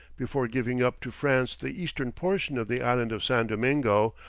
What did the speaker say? before giving up to france the eastern portion of the island of san domingo,